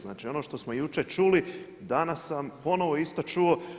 Znači, ono što smo jučer čuli danas sam ponovo isto čuo.